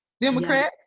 Democrats